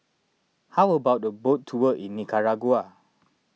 how about a boat tour in Nicaragua